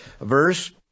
verse